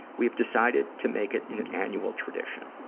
we've decided to make it an annual tradition.